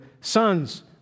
sons